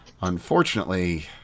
unfortunately